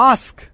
Ask